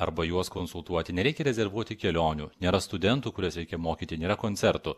arba juos konsultuoti nereikia rezervuoti kelionių nėra studentų kuriuos reikia mokyti nėra koncertų